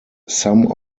some